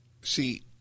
see